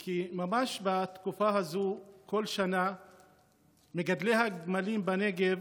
כי ממש בתקופה הזאת כל שנה מגדלי הגמלים בנגב